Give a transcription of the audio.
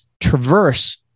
traverse